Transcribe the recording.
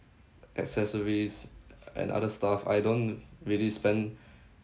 accessories and other stuff I don't really spend